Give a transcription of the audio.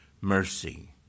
mercy